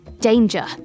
DANGER